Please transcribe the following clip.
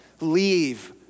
leave